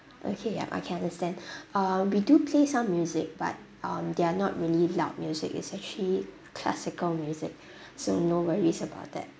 okay yup I can understand um we do play some music but um they are not really loud music it's actually classical music so no worries about that